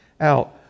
out